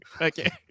okay